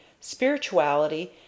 spirituality